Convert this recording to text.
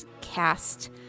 cast